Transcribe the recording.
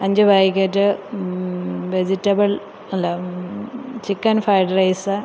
അഞ്ച് packet vegetable അല്ല chicken fried rice